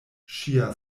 ŝia